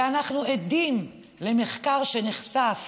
ואנחנו עדים למחקר שנחשף